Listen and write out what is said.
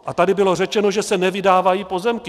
A tady bylo řečeno, že se nevydávají pozemky.